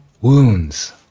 wounds